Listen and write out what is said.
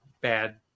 bad